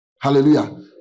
Hallelujah